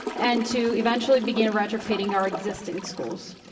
and to eventually begin retrofitting our existing schools.